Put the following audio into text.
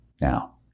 Now